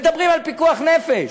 מדברים על פיקוח נפש.